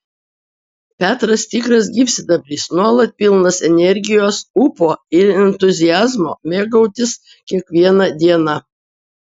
petras tikras gyvsidabris nuolat pilnas energijos ūpo ir entuziazmo mėgautis kiekviena diena